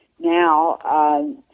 Now